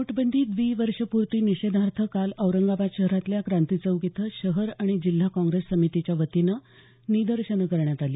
नोटबंदी द्विवर्षपूर्ती निषेधार्थ काल औरंगाबाद शहरातल्या क्रांती चौक इथं शहर आणि जिल्हा काँग्रेस समितीच्या वतीनं निदर्शनं करण्यात आली